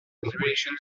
relation